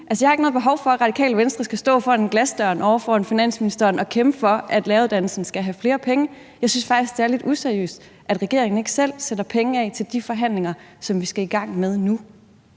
jeg har ikke noget behov for, at Radikale Venstre skal stå foran glasdøren ovre ved Finansministeriet og kæmpe for, at læreruddannelsen skal have flere penge. Jeg synes faktisk, det er lidt useriøst, at regeringen ikke selv sætter penge af til de forhandlinger, som vi skal i gang med nu.